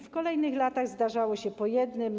W kolejnych latach zdarzały się po jednym.